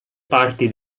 parti